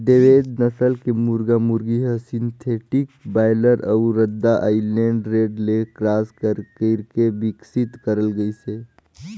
देवेंद नसल के मुरगा मुरगी हर सिंथेटिक बायलर अउ रद्दा आइलैंड रेड ले क्रास कइरके बिकसित करल गइसे